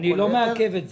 אני לא מעכב את זה.